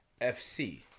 FC